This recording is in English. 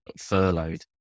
furloughed